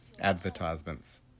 advertisements